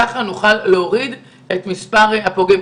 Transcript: כך נוכל להוריד את מספר הפוגעים.